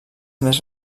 més